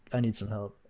i need some help.